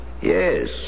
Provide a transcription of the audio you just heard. Yes